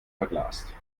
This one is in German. verglast